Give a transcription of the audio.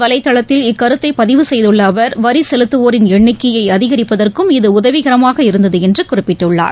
வலைதளத்தில் இக்கருத்தைபதிவு செய்துள்ளஅவர் வரிசெலுத்துவோரின் சமுக எண்ணிக்கையைஅதிகரிப்பதற்கும் இது உதவிகரமாக இருந்ததுஎன்றுகுறிப்பிட்டுள்ளார்